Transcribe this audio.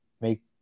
make